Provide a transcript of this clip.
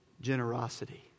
generosity